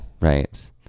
Right